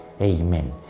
Amen